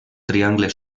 triangle